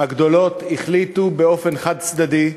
הגדולות החליטו באופן חד-צדדי,